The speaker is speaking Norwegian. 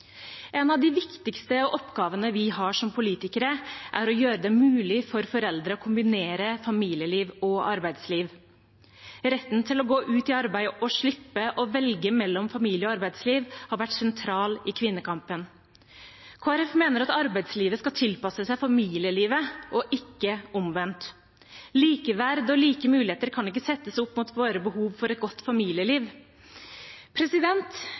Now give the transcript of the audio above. viktigste oppgavene vi har som politikere, er å gjøre det mulig for foreldre å kombinere familieliv og arbeidsliv. Retten til å gå ut i arbeid og slippe å velge mellom familie- og arbeidsliv har vært sentral i kvinnekampen. Kristelig Folkeparti mener at arbeidslivet skal tilpasse seg familielivet og ikke omvendt. Likeverd og like muligheter kan ikke settes opp mot vårt behov for et godt familieliv.